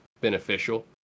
beneficial